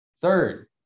Third